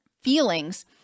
feelings